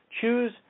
choose